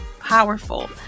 powerful